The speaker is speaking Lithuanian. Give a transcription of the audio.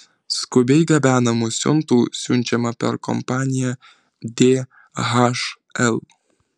skubiai gabenamų siuntų siunčiama per kompaniją dhl